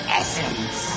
essence